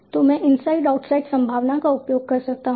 तो मैं inside outside संभावना का उपयोग कर सकता हूं